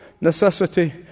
necessity